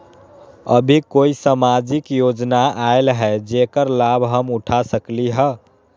अभी कोई सामाजिक योजना आयल है जेकर लाभ हम उठा सकली ह?